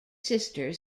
sister